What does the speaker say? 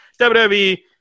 WWE